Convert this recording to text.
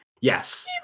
yes